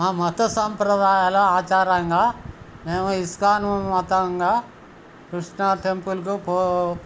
మా మత సాంప్రదాయాల ఆచారంగా మేము ఇస్కాను మతంగా కృష్ణా టెంపుల్కు